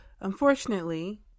unfortunately